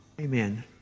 Amen